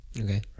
Okay